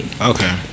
Okay